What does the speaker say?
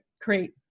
create